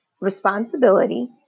responsibility